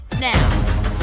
now